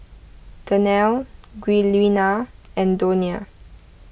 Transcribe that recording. Danelle Giuliana and Donia